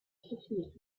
sofía